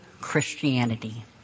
Christianity